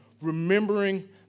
remembering